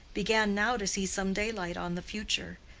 began now to see some daylight on the future,